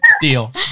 Deal